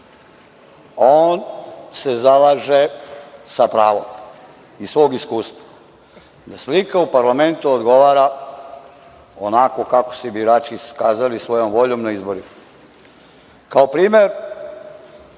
On se zalaže sa pravom iz svog iskustva da slika u parlamentu odgovara onako kako su je birači iskazali svojom voljom na izborima. Kao primer